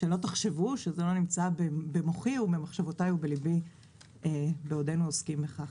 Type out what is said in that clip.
שלא תחשבו שזה לא נמצא במוחי ובמחשבותיי ובליבי בעודנו עוסקים בכך.